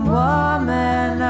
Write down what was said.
woman